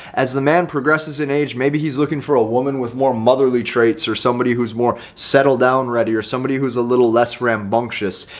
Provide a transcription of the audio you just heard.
as the man progresses in age maybe he's looking for a woman with more motherly traits are somebody who's more settled down ready, or somebody who's a little less rambunctious.